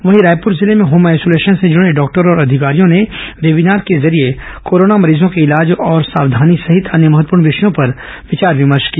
वहीं रायपुर जिले में होम आइसोलेशन से जुड़े डॉक्टरों और अधिकारियों ने वेबीनार के जरिये कोरोना मरीजों के इलाज और सावधानी सहित अन्य महत्वपूर्ण विषयों में विचार विमर्श किया